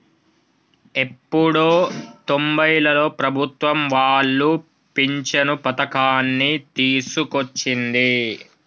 ఎప్పుడో తొంబైలలో ప్రభుత్వం వాళ్లు పించను పథకాన్ని తీసుకొచ్చింది